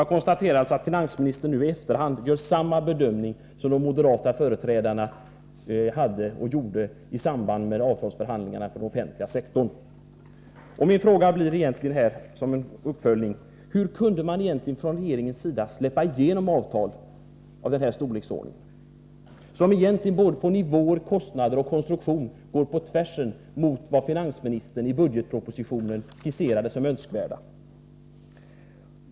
Jag konstaterar att finansministern nu i efterhand gör samma bedömning som de moderata företrädarna gjorde i samband med avtalsförhandlingarna på den offentliga sektorn. Som en uppföljning av detta blir då min fråga: Hur kunde man från regeringens sida släppa igenom avtal i denna storleksordning, som både i fråga om kostnadsnivåer och konstruktion går på tvärs mot vad finansministern i budgetpropositionen skisserade som önskvärt?